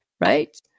Right